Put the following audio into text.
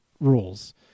rules